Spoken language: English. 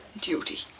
Duty